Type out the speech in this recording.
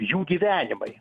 jų gyvenimai